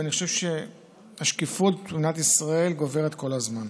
ואני חושב שהשקיפות במדינת ישראל גוברת כל הזמן.